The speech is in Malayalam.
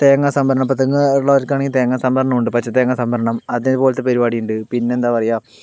തേങ്ങാ സംഭരണം ഇപ്പം തെങ്ങുള്ളവർക്കാണെങ്കില് തേങ്ങാ സംഭരണം ഉണ്ട് പച്ച തേങ്ങാ സംഭരണം അതേപോലത്തെ പരിപാടിയുണ്ട് പിന്നെന്താ പറയുക